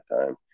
time